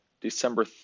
December